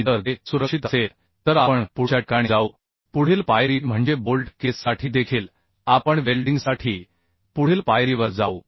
आणि जर ते सुरक्षित असेल तर आपण पुढच्या ठिकाणी जाऊ पुढील पायरी म्हणजे बोल्ट केससाठी देखील आपण वेल्डिंगसाठी पुढील पायरीवर जाऊ